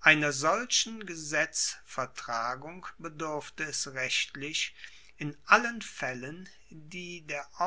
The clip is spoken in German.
einer solchen gesetzvertragung bedurfte es rechtlich in allen faellen die der